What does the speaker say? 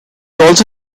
also